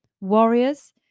warriors